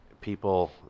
people